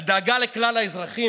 על דאגה לכלל האזרחים,